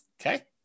Okay